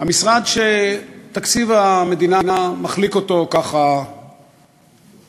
המשרד שתקציב המדינה מחליק אותו בקלות,